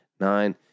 Nine